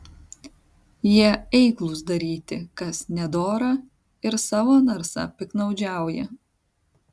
jie eiklūs daryti kas nedora ir savo narsa piktnaudžiauja